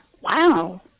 Wow